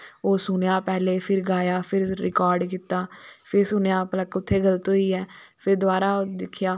ओहे सुनेआ पैह्ले फिर गाया फिर रिकार्ड़ कीता फिर सुनेआ भला कुत्ते गल्त होईया फिर दवारा दिक्खेआ